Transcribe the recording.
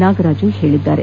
ನಾಗರಾಜು ಹೇಳಿದ್ದಾರೆ